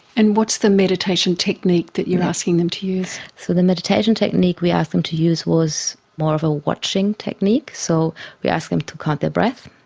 and what's the meditation technique that you are asking them to use? so the meditation technique we asked them to use was more of a watching technique, so we ask them to count their breath.